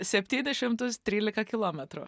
septynis šimtus trylika kilometrų